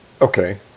okay